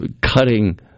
cutting